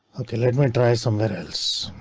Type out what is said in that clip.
let me try somewhere else.